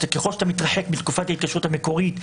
ככל שאתה מתרחק מתקופת ההתקשרות המקורית,